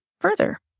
further